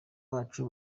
bacu